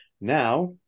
now